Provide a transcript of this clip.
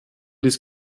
dies